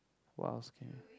what else can